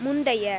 முந்தைய